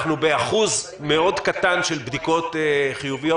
אנחנו באחוז קטן מאוד של בדיקות חיוביות